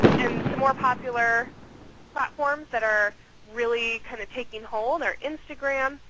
and some more popular platforms that are really kind of taking hold are instagram,